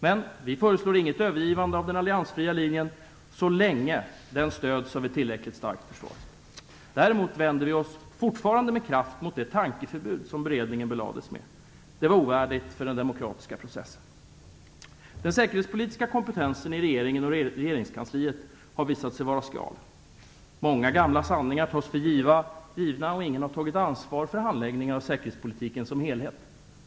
Men vi föreslår inget övergivande av den alliansfria linjen så länge den stöds av ett tillräckligt starkt försvar. Däremot vänder vi oss fortfarande med kraft mot det tankeförbud som beredningen belades med. Det var ovärdigt för den demokratiska processen. Den säkerhetspolitiska kompetensen i regeringen och regeringskansliet har visat sig vara skral. Många gamla sanningar tas för givna, och ingen har tagit ansvar för handläggningen av säkerhetspolitiken som helhet.